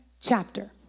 chapter